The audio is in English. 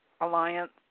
alliance